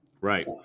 Right